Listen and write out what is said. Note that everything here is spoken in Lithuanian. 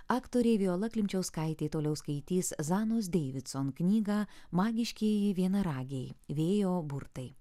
aktorė viola klimčiauskaitė toliau skaitys zanos deividson knygą magiškieji vienaragiai vėjo burtai